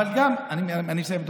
אני מבקש לסיים.